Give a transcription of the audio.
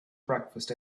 breakfast